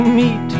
meet